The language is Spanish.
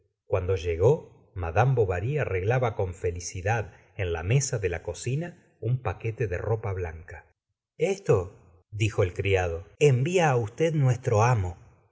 cuando llegó iad bovary arreglaba con felicidad en la mesa de la cocina un paquete de ropa blanca esto dijo el criado envia á usted nuestro amo